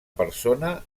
persona